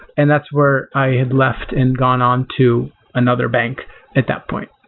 and that's where i had left and gone on to another bank at that point.